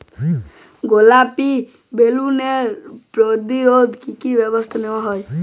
গোলাপী বোলওয়ার্ম প্রতিরোধে কী কী ব্যবস্থা নেওয়া হয়?